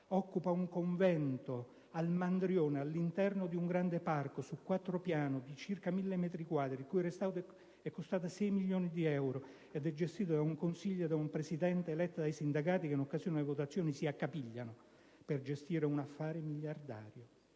occupa un convento al Mandrione, all'interno di un grande parco su quattro piani di circa 1.000 metri quadri, il cui restauro è costato 6 milioni di euro, ed è gestito da un consiglio e da un presidente eletto dai sindacati, che in occasione delle votazioni si accapigliano per gestire un affare miliardario: